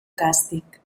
càstig